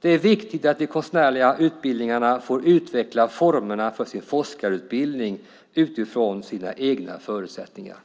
Det är viktigt att de konstnärliga utbildningarna får utveckla formerna för sin forskarutbildning utifrån sina egna förutsättningar.